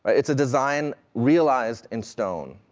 it's a design realized in stone,